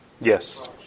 Yes